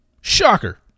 Shocker